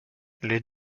les